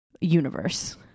universe